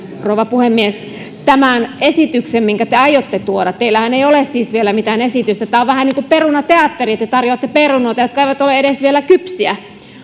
rouva puhemies tämän esityksen minkä te aiotte tuoda teillähän ei ole siis vielä mitään esitystä tämä on vähän niin kuin perunateatteria te tarjoatte perunoita jotka eivät ole vielä edes kypsiä